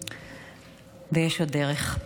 ויש עוד דרך.